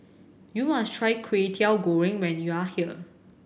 you must try Kway Teow Goreng when you are here